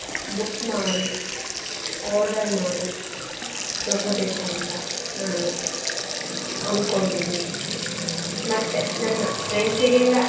book ಮಾಡಿ order ಮಾಡಿ ತೊಗೋಬೇಕೂಂತ ನಾನು ಅಂದ್ಕೊಂಡಿದೀನಿ ಮತ್ತು ನನ್ನ ಫ್ರೆಂಡ್ಸಿಗೆಲ್ಲ